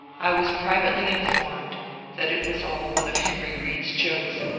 i was privately informed that it was all one of henry reed's jokes,